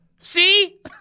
See